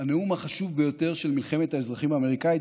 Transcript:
הנאום החשוב ביותר של מלחמת האזרחים האמריקאית,